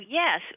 yes